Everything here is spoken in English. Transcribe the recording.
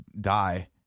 die